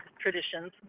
traditions